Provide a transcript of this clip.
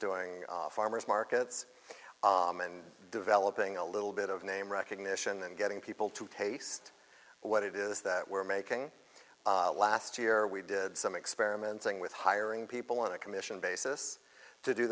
doing farmer's markets and developing a little bit of name recognition and getting people to taste what it is that we're making last year we did some experiments in with hiring people on a commission basis to do